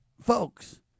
folks